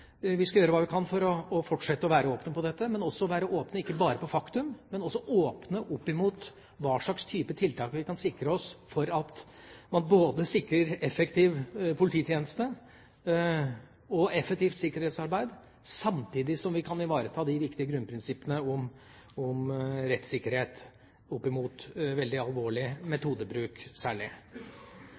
skal gjøre hva vi kan for å fortsette å være åpne om dette – være åpne ikke bare om fakta, men også åpne om hva slags type tiltak vi kan gjøre for å sikre effektiv polititjeneste og effektivt sikkerhetsarbeid samtidig som vi ivaretar de viktige grunnprinsippene om rettssikkerhet, særlig når det gjelder veldig alvorlig metodebruk.